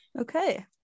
Okay